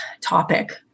topic